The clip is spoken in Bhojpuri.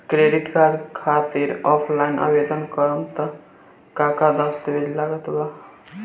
क्रेडिट कार्ड खातिर ऑफलाइन आवेदन करे म का का दस्तवेज लागत बा?